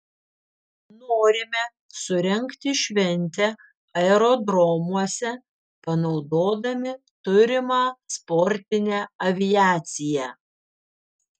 norime surengti šventę aerodromuose panaudodami turimą sportinę aviaciją